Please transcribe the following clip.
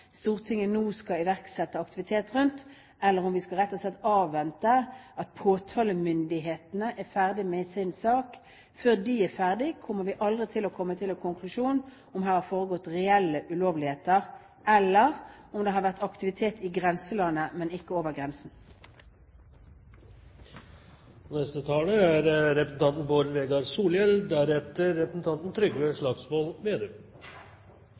Stortinget nå skal iverksette aktivitet rundt, eller om vi rett og slett skal avvente at påtalemyndighetene er ferdig med sin sak. Før de er ferdige, kommer vi aldri til å komme til noen konklusjon om det har foregått reelle ulovligheter, eller om det har vært aktivitet i grenseland, men ikke over grensen.